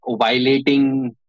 violating